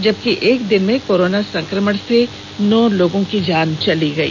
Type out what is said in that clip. जबकि एक दिन में कोरोना संकमण से नौ लोगों की जान चली गयी